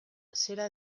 zera